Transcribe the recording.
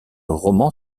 roman